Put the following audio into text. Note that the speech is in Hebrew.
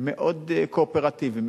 מאוד קואופרטיביים,